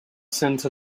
sent